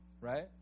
right